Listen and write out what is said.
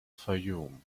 fayoum